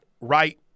right